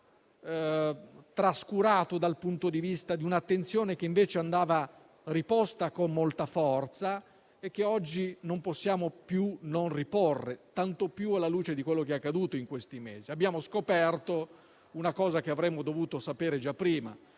trascurato dal punto di vista di un'attenzione che invece andava tenuta alta e che oggi non possiamo più non porre, tanto più alla luce di quello che è accaduto in questi mesi. Abbiamo scoperto una cosa che avremmo dovuto sapere già prima,